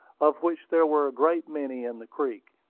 of which there were a great many in the creek.